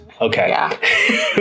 Okay